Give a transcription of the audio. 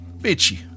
bitchy